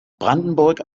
brandenburg